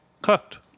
cooked